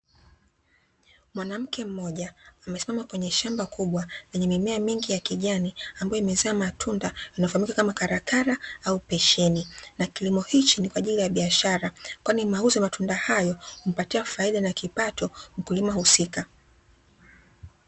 Mwanamke mmoja amesimama kwenye shamba kubwa lenye mimea mingi ya kijani, ambayo imezaa matunda yanayofahamika kama kalakala au pensheni, na kilimo hichi ni kwa ajili ya biashara, kwani mauzo ya matunda haya humpatia faida na kipato mkulima husika.